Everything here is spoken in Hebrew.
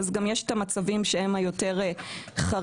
אז גם יש את המצבים שהם היותר חריגים.